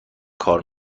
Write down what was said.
کار